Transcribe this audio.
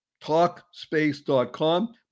Talkspace.com